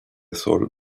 sol